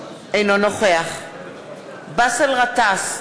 אינו נוכח באסל גטאס,